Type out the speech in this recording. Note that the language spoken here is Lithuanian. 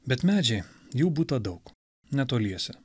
bet medžiai jų būta daug netoliese